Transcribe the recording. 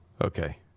Okay